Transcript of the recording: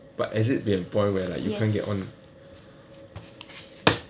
but has it been a point where like we cannot get on